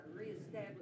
reestablish